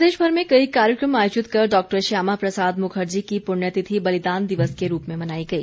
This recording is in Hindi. प्रदेशभर में कई कार्यक्रम आयोजित कर डॉ श्यामा प्रसाद मुखर्जी की पुण्य तिथि बलिदान दिवस के रूप में मनाई गई